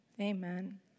Amen